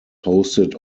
hosted